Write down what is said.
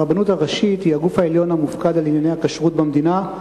הרבנות הראשית היא הגוף העליון המופקד על ענייני הכשרות במדינה.